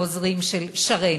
לעוזרים של שרן.